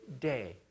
day